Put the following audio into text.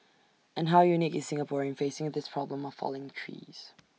and how unique is Singapore in facing this problem of falling trees